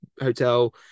hotel